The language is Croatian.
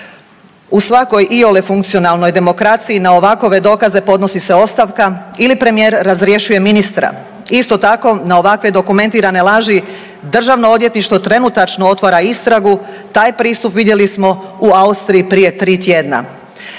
U svakoj iole funkcionalnoj demokraciji na ovakve dokaze podnosi se ostavka ili Premijer razrješuje ministra. Isto tako na ovakve dokumentirane laži Državno odvjetništvo trenutačno otvara istragu, taj pristup vidjeli smo u Austriji prije 3 tjedna.